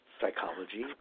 psychology